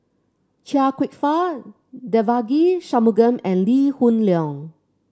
Chia Kwek Fah Devagi Sanmugam and Lee Hoon Leong